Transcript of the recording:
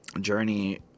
journey